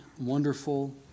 wonderful